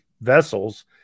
vessels